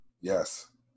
yes